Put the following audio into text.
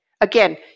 Again